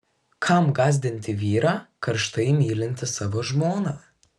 kam gąsdinti vyrą karštai mylintį savo žmoną